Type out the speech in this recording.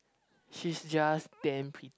she's just damn pretty